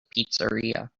pizzeria